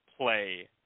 play